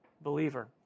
believer